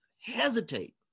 hesitate